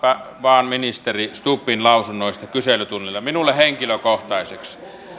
vaan ministeri stubbin lausunnoista kyselytunnilla minulta henkilökohtaisesti